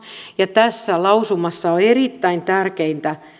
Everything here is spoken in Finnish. ja tässä lausumassa on erittäin tärkeitä